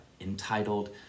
entitled